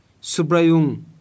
Subrayung